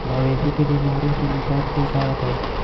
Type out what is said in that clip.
मवेशी के बिमारी से निजात के उपाय बताई?